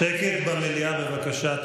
שקט במליאה, בבקשה.